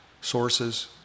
sources